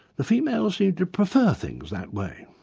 the females seem to prefer things that way.